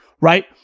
right